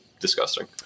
disgusting